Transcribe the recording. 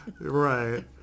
Right